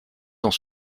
dans